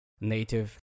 native